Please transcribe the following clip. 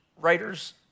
writers